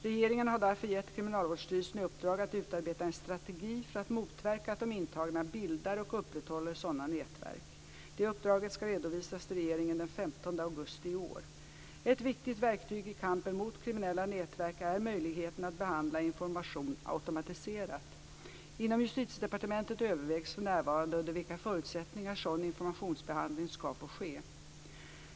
Regeringen har därför gett Kriminalvårdsstyrelsen i uppdrag att utarbeta en strategi för att motverka att de intagna bildar och upprätthåller sådana nätverk. Det uppdraget ska redovisas till regeringen den 15 augusti i år. Ett viktigt verktyg i kampen mot kriminella nätverk är möjligheten att behandla information automatiserat. Inom Justitiedepartementet övervägs för närvarande under vilka förutsättningar sådan informationsbehandling ska få ske.